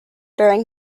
during